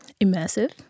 immersive